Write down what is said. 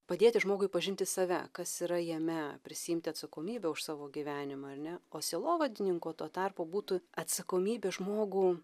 padėti žmogui pažinti save kas yra jame prisiimti atsakomybę už savo gyvenimą ar ne o sielovadininko tuo tarpu būtų atsakomybė žmogų